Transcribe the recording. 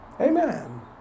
Amen